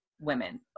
women